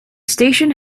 station